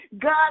God